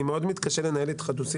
אדוני